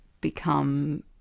become